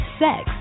sex